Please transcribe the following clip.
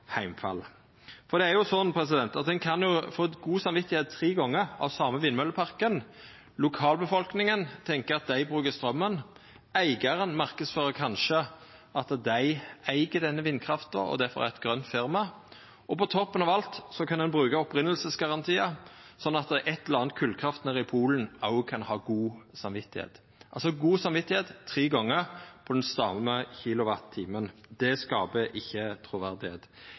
heimfall. Det er jo sånn at ein kan få godt samvit tre gonger av same vindmølleparken. Lokalbefolkninga tenkjer at dei brukar straumen, eigaren marknadsfører kanskje at dei eig denne vindkrafta og difor er eit grønt firma, og på toppen av alt kan ein bruka opphavsgarantiar, sånn at eit eller anna kolkraftverk nede i Polen òg kan ha godt samvit – altså godt samvit tre gonger på den same kilowattimen. Det skapar ikkje